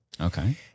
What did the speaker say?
Okay